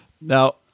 Now